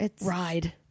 ride